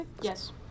Yes